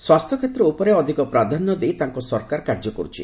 ସ୍ୱାସ୍ଥ୍ୟ କ୍ଷେତ୍ର ଉପରେ ଅଧିକ ପ୍ରାଧାନ୍ୟ ଦେଇ ତାଙ୍କ ସରକାର କାର୍ଯ୍ୟ କରୁଛି